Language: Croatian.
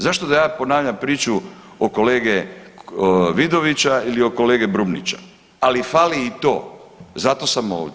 Zašto da ja ponavljam priču o kolege Vidovića ili o kolege Brumnića, ali fali i to, zato sam ovdje.